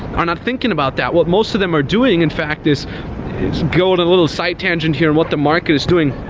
are not thinking about that. what most of them are doing in fact is, going a little side tangent here what the market is doing.